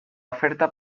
oferta